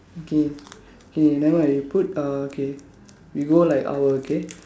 okay okay nevermind you put uh okay we go like hour okay